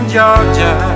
Georgia